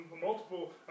multiple